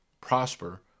prosper